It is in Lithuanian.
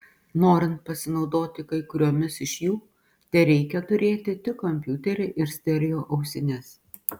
norint pasinaudoti kai kurioms iš jų tereikia turėti tik kompiuterį ir stereo ausines